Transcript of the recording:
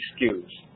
excuse